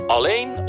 Alleen